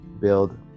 build